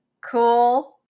Cool